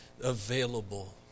available